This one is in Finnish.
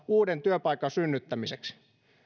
uuden työpaikan synnyttämiseksi